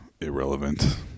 irrelevant